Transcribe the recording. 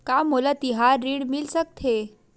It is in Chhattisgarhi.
का मोला तिहार ऋण मिल सकथे?